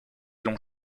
longs